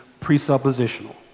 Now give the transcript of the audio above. presuppositional